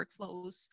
workflows